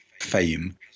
fame